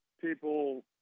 people